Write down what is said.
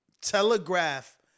telegraph